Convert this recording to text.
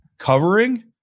covering